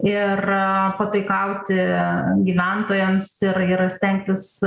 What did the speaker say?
ir pataikauti gyventojams ir yra stengtis